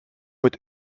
mit